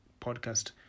podcast